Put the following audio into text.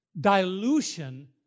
dilution